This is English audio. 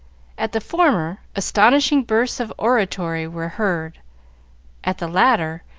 at the former, astonishing bursts of oratory were heard at the latter,